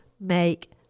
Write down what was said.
make